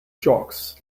jocks